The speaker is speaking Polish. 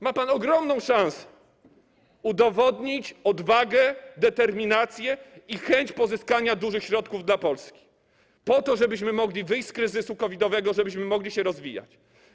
Ma pan ogromną szansę udowodnić odwagę, determinację i chęć pozyskania dużych środków dla Polski, po to żebyśmy mogli wyjść z kryzysu COVID-owego, żebyśmy mogli się rozwijać.